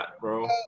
bro